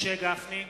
משה גפני,